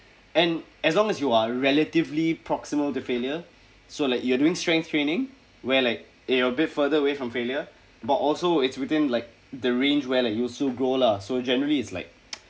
and as long as you are relatively proximal to failure so like you are doing strength training where like you're a bit further away from failure but also it's within like the range where like you also grow lah so generally is like